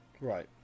Right